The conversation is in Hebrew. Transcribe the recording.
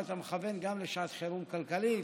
ואתה מכוון גם לשעת חירום כלכלית.